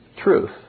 truth